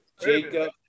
Jacob